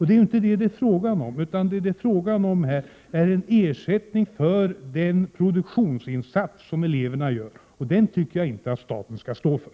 Men det är inte detta det är fråga om, utan det gäller en ersättning för den produktionsinsats som eleverna gör, och den tycker jag inte att staten skall stå för.